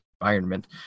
environment